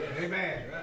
Amen